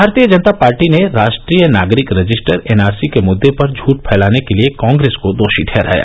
भारतीय जनता पार्टी ने राष्ट्रीय नागरिक रजिस्टर एनआरसी के मुद्दे पर झूठ फैलाने के लिए कांग्रेस को दोषी ठहराया